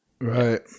Right